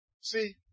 See